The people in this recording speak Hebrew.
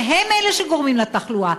שהם אלה שגורמים לתחלואה.